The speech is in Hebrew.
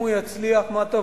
אם הוא יצליח, מה טוב.